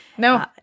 No